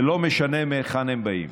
ולא משנה מהיכן הם באים.